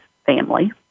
family